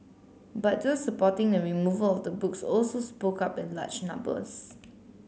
but those supporting the removal of the books also spoke up in large numbers